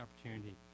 opportunity